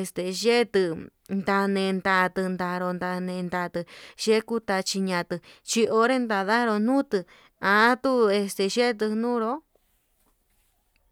este yutuu ndame tanun nda'a nró nanin ndatuu xhekute chiñanru natuu chionre nanaduu ndutun atuu este xhetu ñunruu.